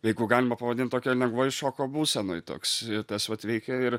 jeigu galima pavadint tokioj lengvoj šoko būsenoj toks tas vat veikia ir